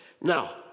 Now